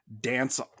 dance